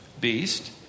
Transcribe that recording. beast